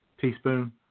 teaspoon